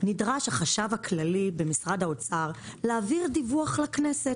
נדרש החשב הכללי במשרד האוצר להעביר דיווח לכנסת.